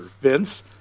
Vince